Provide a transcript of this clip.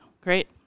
great